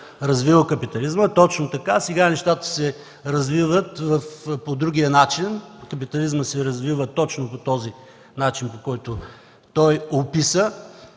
развивал капитализмът. Точно така. Сега нещата се развиват по другия начин. Капитализмът се развива точно по този начин, по който той описа.